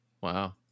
Wow